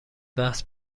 بحث